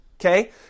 Okay